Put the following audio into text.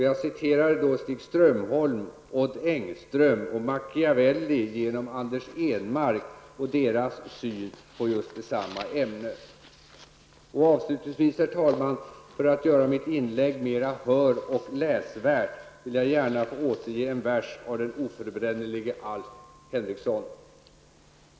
Jag citerade då Stig Strömholm, Odd Ehnmark och deras syn på just samma ämne. Herr talman! Avslutningsvis vill jag, för att göra mitt inlägg mer hör och läsvärt, återge en vers av den oförbrännelige Alf Henriksson.